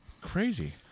Crazy